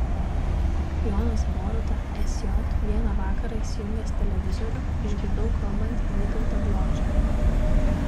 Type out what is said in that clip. jonas boruta sj vieną vakarą įsijungęs televizorių išgirdau kalbant vytautą bložę